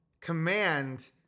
command